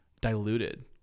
diluted